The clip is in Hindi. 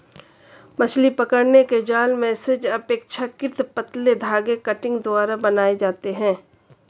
मछली पकड़ने के जाल मेशेस अपेक्षाकृत पतले धागे कंटिंग द्वारा बनाये जाते है